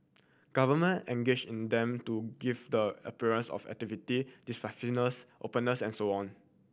government engage in them to give the appearance of activity decisiveness openness and so on